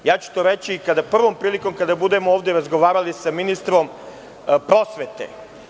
Reći ću to i prvom prilikom kada budemo ovde razgovarali sa ministrom prosvete.